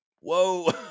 whoa